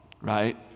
right